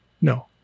No